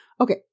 Okay